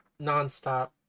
nonstop